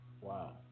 Wow